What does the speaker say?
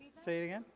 say it again.